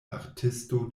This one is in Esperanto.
artisto